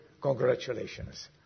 congratulations